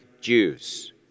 Jews